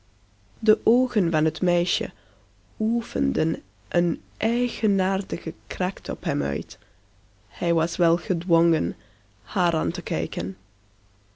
de oogen van het meisje oefenden een eigenaardige kracht op hem uit hij was wel gedwongen haar aan te kijken